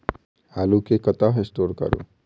आलु केँ कतह स्टोर करू?